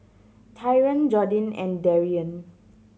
Tyron Jordin and Darrion